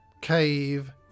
cave